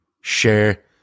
share